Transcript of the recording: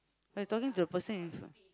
when talking to the person in front